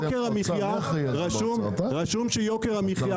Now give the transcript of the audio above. יוקר המחיה רשום שיוקר המחיה,